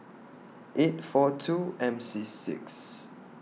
eight four two M C six